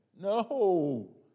No